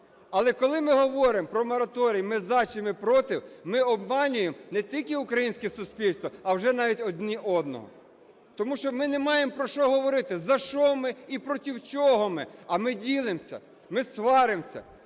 Але коли ми говоримо про мораторій, ми – за чи ми – проти, ми обманюємо не тільки українське суспільство, а вже навіть один одного, тому що ми не маємо про що говорити за що ми і проти чого ми, а ми ділимось, ми сваримося.